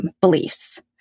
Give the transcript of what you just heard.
beliefs